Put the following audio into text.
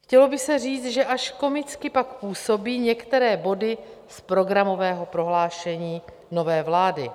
Chtělo by se říct, že až komicky pak působí některé body z programového prohlášení nové vlády.